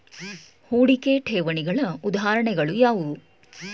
ಹೂಡಿಕೆ ಠೇವಣಿಗಳ ಉದಾಹರಣೆಗಳು ಯಾವುವು?